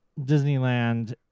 Disneyland